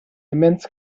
immense